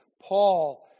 Paul